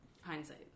Hindsight